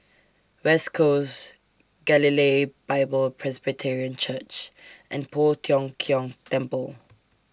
West Coast Galilee Bible Presbyterian Church and Poh Tiong Kiong Temple